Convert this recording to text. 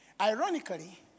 Ironically